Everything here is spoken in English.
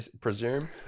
presume